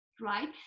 right